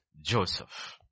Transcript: Joseph